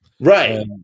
right